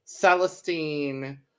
Celestine